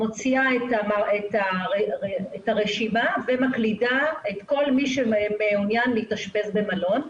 מוציאה את הרשימה ומקלידה את כל מי שמעוניין להתאשפז במלון,